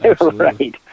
Right